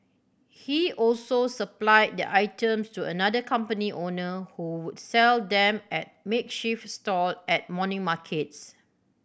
he also supplied the items to another company owner who would sell them at makeshift stall at morning markets